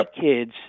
Kids